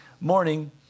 morning